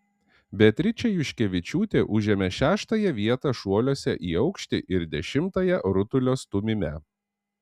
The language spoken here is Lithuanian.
beatričė juškevičiūtė užėmė šeštąją vietą šuoliuose į aukštį ir dešimtąją rutulio stūmime